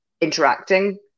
interacting